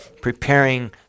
preparing